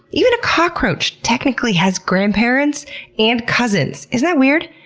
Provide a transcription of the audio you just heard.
even a cockroach, technically, has grandparents and cousins isn't that weird?